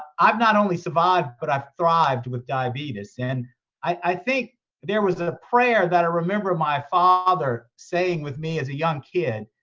i've not only survived, but i've thrived with diabetes. and i think there was a prayer that i remember my father saying with me as a young kid,